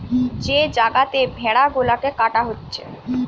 যে জাগাতে ভেড়া গুলাকে কাটা হচ্ছে